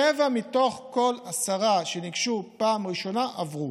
שבעה מתוך כל עשרה שניגשו פעם ראשונה עברו.